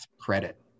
credit